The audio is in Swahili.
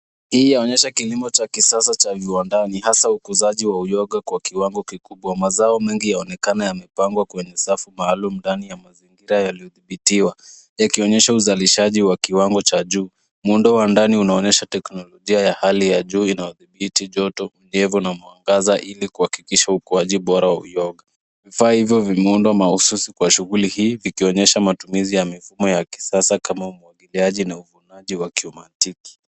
Hii yaonyesha kilimo cha kisasa cha viwandani hasa ukuzaji wa uyoga kwa kiwango kikubwa, mazao mengi yaonekana yamepangwa kwenye safu maalum mdani ya mazingira yaliodhibitiwa yakionyesha uzalishaji wa kiwango cha juu. Muundo wa ndani unaonyesha teknolojia ya hali ya juu inayo dhibiti joto unyevu na mwaangaza hili kwa kikisha ukwaji bora wa uyoga. Vifaa hivyo vimeundwa maususi kwa shughuli hii vikionyesha matumizi ya mifumo ya kisasa kama umwagiliaji na uvunaji wa kiumantiki.